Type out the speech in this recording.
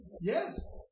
Yes